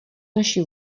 naši